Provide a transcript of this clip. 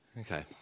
Okay